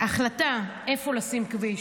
החלטה איפה לשים כביש,